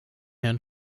herrn